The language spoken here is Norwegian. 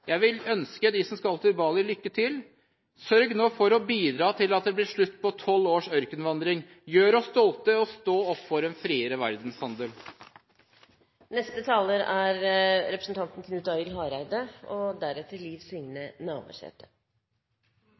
Jeg vil ønske dem som skal til Bali, lykke til. Sørg nå for å bidra til at det blir slutt på tolv års ørkenvandring. Gjør oss stolte og stå opp for en friere verdenshandel. Eg vil takke europaminister Vidar Helgesen for hans gode utgreiing om viktige EU- og